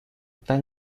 tal